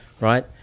right